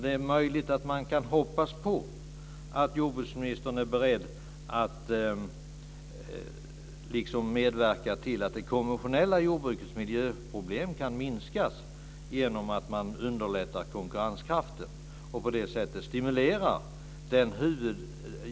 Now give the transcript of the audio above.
Det är möjligt att man kan hoppas på att jordbruksministern är beredd att medverka till att det konventionella jordbrukets miljöproblem kan minskas genom att man underlättar när det gäller konkurrenskraften och på det sättet stimulerar.